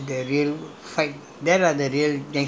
not the real gangsters no the chinese